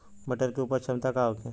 मटर के उपज क्षमता का होखे?